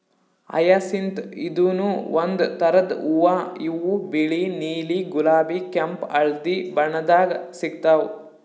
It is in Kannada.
ಹಯಸಿಂತ್ ಇದೂನು ಒಂದ್ ಥರದ್ ಹೂವಾ ಇವು ಬಿಳಿ ನೀಲಿ ಗುಲಾಬಿ ಕೆಂಪ್ ಹಳ್ದಿ ಬಣ್ಣದಾಗ್ ಸಿಗ್ತಾವ್